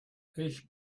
ich